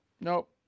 Nope